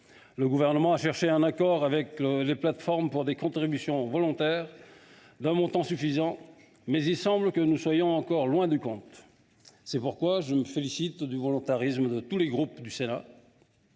Le Gouvernement a cherché un accord avec les plateformes pour des contributions volontaires d’un montant suffisant, mais il semble que nous soyons encore loin du compte. Je me félicite donc du volontarisme de tous les groupes du Sénat,